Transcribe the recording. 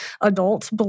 adults